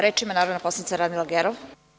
Reč ima narodna poslanica Radmila Gerov.